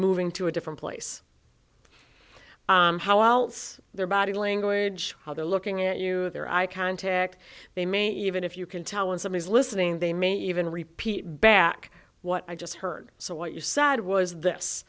moving to a different place how else their body language how they're looking at you their i contact they may even if you can tell when someone is listening they may even repeat back what i just heard so what you said was this